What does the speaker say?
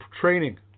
training